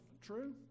true